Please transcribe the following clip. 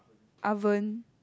oven